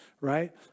right